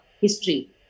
history